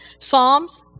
Psalms